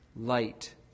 light